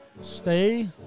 Stay